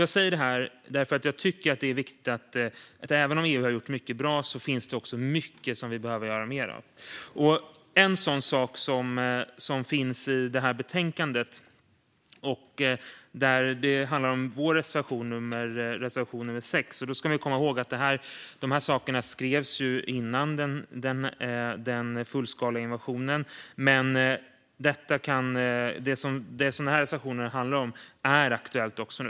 Jag säger detta eftersom jag tycker att det är viktigt: Även om EU har gjort mycket bra finns det också mycket vi behöver göra mer av. En sådan sak, som finns i det här betänkandet, handlar vår reservation nummer 6 om. Man ska komma ihåg att de här sakerna skrevs innan den fullskaliga invasionen, men det reservationen handlar om är aktuellt nu också.